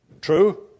True